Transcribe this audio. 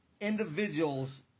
individuals